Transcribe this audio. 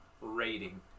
rating